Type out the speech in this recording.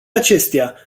acestea